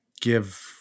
give